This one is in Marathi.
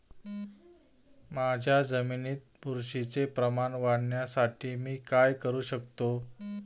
माझ्या जमिनीत बुरशीचे प्रमाण वाढवण्यासाठी मी काय करू शकतो?